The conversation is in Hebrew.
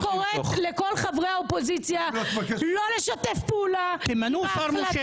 אני קוראת לכל חברי האופוזיציה -- תמנו שר מושך.